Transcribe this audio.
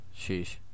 Sheesh